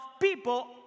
people